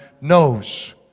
knows